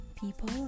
people